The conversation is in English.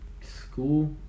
school